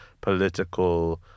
political